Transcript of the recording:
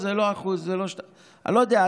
זה לא 1% ולא 2%. אני לא יודע.